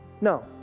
No